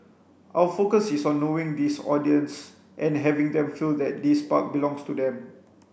our focus is on knowing this audience and having them feel that this park belongs to them